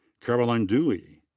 caroline dooley.